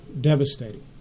devastating